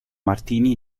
martini